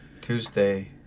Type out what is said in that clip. Tuesday